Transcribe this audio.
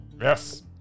Yes